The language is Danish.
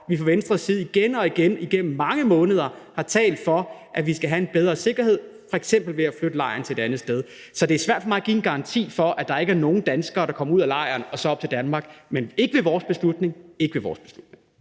vi fra Venstres side igen og igen igennem mange måneder har talt for, at vi skal have en bedre sikkerhed, f.eks. ved at flytte lejren til et andet sted. Så det er svært for mig at give en garanti for, at der ikke er nogen danskere, der kommer ud af lejren og så op til Danmark, men det er ikke ved vores beslutning